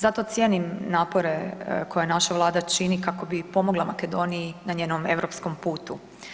Zato cijenim napore koje naša Vlada čini kako bi pomogla Makedoniji na njenom europskom putu.